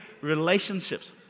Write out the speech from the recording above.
relationships